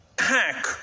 hack